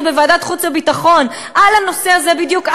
בוועדת חוץ וביטחון על הנושא הזה בדיוק,